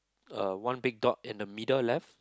uh one big dot in the middle left